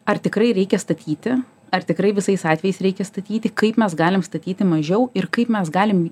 ar tikrai reikia statyti ar tikrai visais atvejais reikia statyti kaip mes galim statyti mažiau ir kaip mes galim